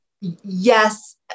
Yes